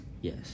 Yes